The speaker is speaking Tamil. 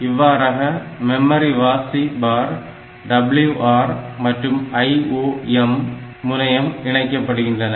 இவ்வாறாக மெமரி வாசி பார் WR மற்றும் IOM முனையம் இணைக்கப்படுகிறன